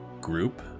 group